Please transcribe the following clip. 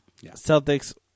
Celtics